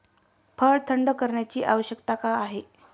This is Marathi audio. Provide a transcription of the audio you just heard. फळ थंड करण्याची आवश्यकता का आहे?